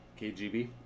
KGB